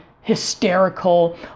hysterical